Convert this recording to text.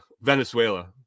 Venezuela